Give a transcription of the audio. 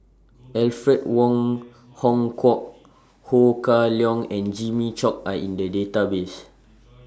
Alfred Wong Hong Kwok Ho Kah Leong and Jimmy Chok Are in The Database